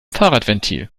fahrradventil